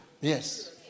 Yes